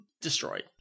destroyed